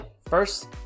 first